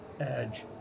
edge